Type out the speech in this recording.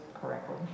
correctly